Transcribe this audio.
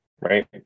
right